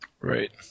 Right